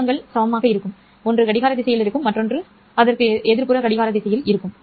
பெருக்கங்கள் சமமாக இருக்கும் ஒன்று கடிகார திசையில் இருக்கும் மற்றொன்று கடிகார திசையில் இருக்கும்